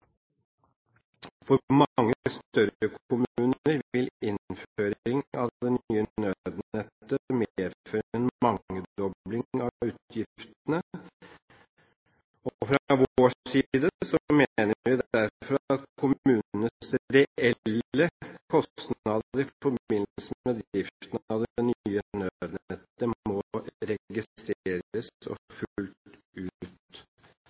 For mange større kommuner vil innføring av det nye nødnettet medføre en mangedobling av utgiftene. Fra vår side mener vi derfor at kommunenes reelle kostnader i forbindelse med driften av det nye nødnettet må registreres og